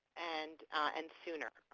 and and sooner.